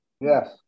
yes